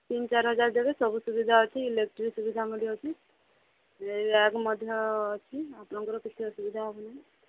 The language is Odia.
ତିନ ଚାର ହଜାର ଦେବେ ସବୁ ସୁବିଧା ଅଛି ଇଲେକ୍ଟ୍ରିକ୍ ସୁବିଧା ଅଛି ମଧ୍ୟ ଅଛି ଆପଣଙ୍କର କିଛି ଅସୁବିଧା ହବ ନାହିଁ